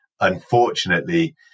unfortunately